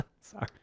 sorry